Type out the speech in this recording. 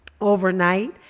overnight